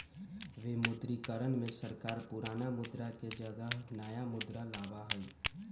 विमुद्रीकरण में सरकार पुराना मुद्रा के जगह नया मुद्रा लाबा हई